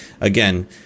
again